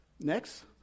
Next